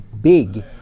big